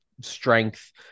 Strength